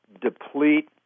deplete